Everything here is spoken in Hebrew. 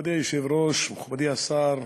מכובדי היושב-ראש, מכובדי השר,